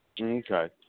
Okay